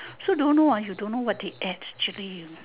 so don't know you don't know what they add actually